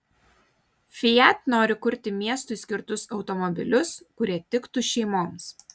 fiat nori kurti miestui skirtus automobilius kurie tiktų šeimoms